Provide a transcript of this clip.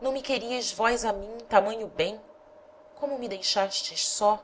não me querieis vós a mim tamanho bem como me deixastes só